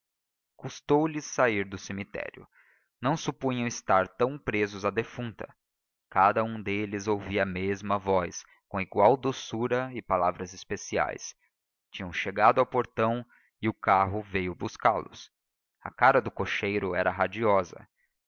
da cidade custou lhes sair do cemitério não supunham estar tão presos à defunta cada um deles ouvia a mesma voz com igual doçura e palavras especiais tinham chegado ao portão e o carro veio buscá-los a cara do cocheiro era radiosa